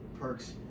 perks